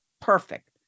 Perfect